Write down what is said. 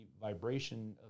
vibration